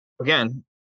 again